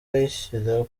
ayishyira